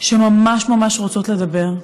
שממש ממש רוצות לדבר,